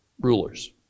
rulers